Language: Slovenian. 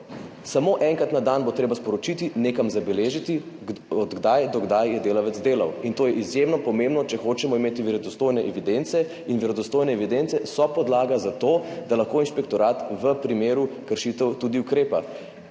samo enkrat na dan bo treba sporočiti, nekam zabeležiti, od kdaj do kdaj je delavec delal. To je izjemno pomembno, če hočemo imeti verodostojne evidence in verodostojne evidence so podlaga za to, da lahko inšpektorat v primeru kršitev tudi ukrepa.